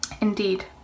indeed